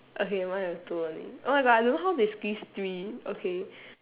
okay mine is two only oh my god I don't know how they squeeze three okay